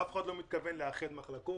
אף אחד לא מתכוון לאחד מחלקות,